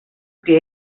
que